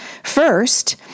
First